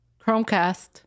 Chromecast